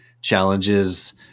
challenges